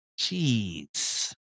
Jeez